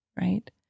right